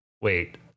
Wait